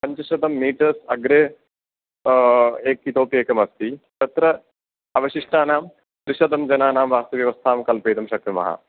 पञ्चशतं मीटर् अग्रे एक् इतोपि एकम् अस्ति तत्र अवशिष्टानां द्विशतं जनानां वासव्यवस्थां कल्पयितुं शक्नुमः